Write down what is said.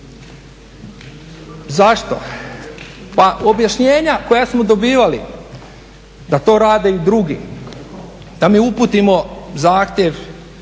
Zašto? Pa objašnjenja koja smo dobivali da to rade i drugi, da mi uputimo zahtjev